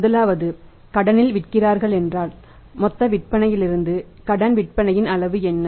முதலாவது கடனில் விற்கிறார்கள் என்றால் மொத்த விற்பனையிலிருந்து கடன் விற்பனையின் அளவு என்ன